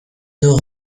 dut